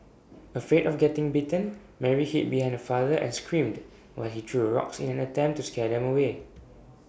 afraid of getting bitten Mary hid behind her father and screamed while he threw rocks in an attempt to scare them away